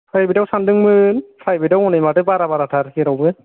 प्राइभेथाव सानदोंमोन प्राइभेथाव हनै माथो बारा बाराथार जेरावबो